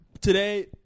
today